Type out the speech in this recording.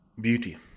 beauty